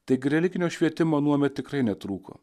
taigi religinio švietimo anuomet tikrai netrūko